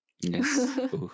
yes